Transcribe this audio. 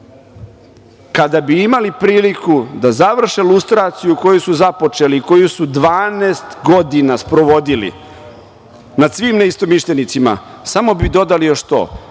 bi imali priliku da završe lustraciju koju su započeli i koji su 12 godina sprovodili nad svim neistomišljenicima samo bi dodali još to